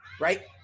right